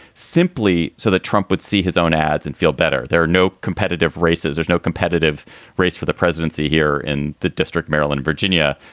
simply so that trump would see his own ads and feel better. there are no competitive races. there's no competitive race for the presidency here in the district, maryland, virginia.